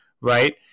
right